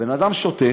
הבן-אדם שותק.